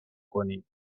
کنید